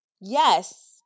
Yes